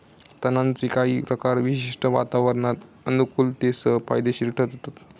तणांचे काही प्रकार विशिष्ट वातावरणात अनुकुलतेसह फायदेशिर ठरतत